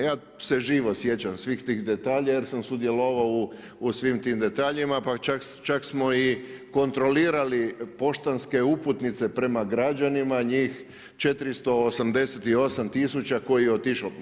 Ja se živo sjećam svih tih detalja jer sam sudjelovao u svim tim detaljima, pa čak smo i kontrolirali poštanske uputnice prema građanima, njih 488000 koji je otišao.